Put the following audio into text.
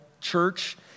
church